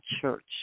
church